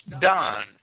done